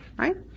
right